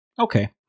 Okay